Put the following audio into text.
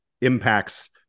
impacts